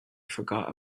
forgot